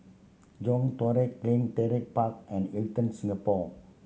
John Todak Clean Park and Hilton Singapore